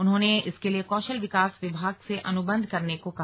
उन्होने इसके लिए कौशल विकास विभाग से अनुबन्ध करने को कहा